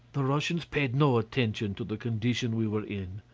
the russians paid no attention to the condition we were in.